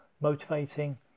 motivating